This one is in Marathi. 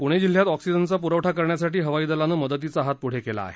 पुणे जिल्ह्यात ऑक्सिजनचा पुरवठा करण्यासाठी हवाई दलानं मदतीचा हात पुढे केला आहे